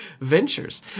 ventures